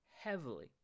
heavily